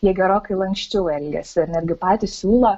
jie gerokai lanksčiau elgiasi ir netgi patys siūlo